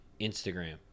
Instagram